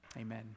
Amen